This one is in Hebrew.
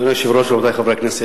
אדוני היושב-ראש, רבותי חברי הכנסת,